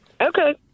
Okay